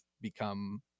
become